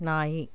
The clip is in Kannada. ನಾಯಿ